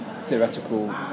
theoretical